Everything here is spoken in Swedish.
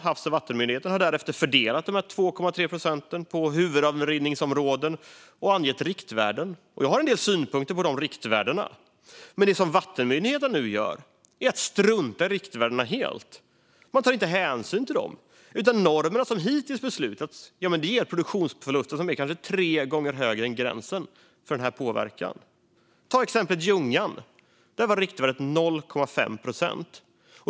Havs och vattenmyndigheten, HaV, har därefter fördelat de 2,3 procenten på huvudavrinningsområden och angett riktvärden. Vi har en del synpunkter på riktvärdena. Men det som vattenmyndigheterna nu gör är att helt strunta i riktvärdena. Man tar inte hänsyn till dem, utan de normer som hittills har beslutats leder till en produktionsförlust som kan bli tre gånger högre än gränsen för betydande negativ påverkan. Vi kan ta exemplet Ljungan. Där var riktvärdet 0,5 procent.